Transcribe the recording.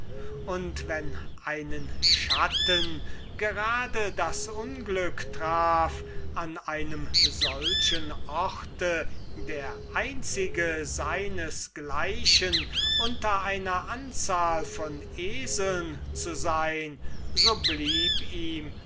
und wenn ein schatten just das unglück hatte an einem solchen ort der einzige seines gleichen unter einer anzahl eseln zu sein so blieb ihm